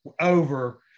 over